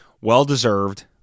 well-deserved